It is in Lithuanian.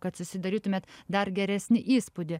kad susidarytumėt dar geresnį įspūdį